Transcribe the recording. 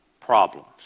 problems